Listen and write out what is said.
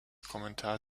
kommentar